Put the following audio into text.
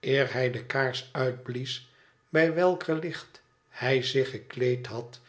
eer hij de kaars uitblies bij welker licht hij zich gekleed had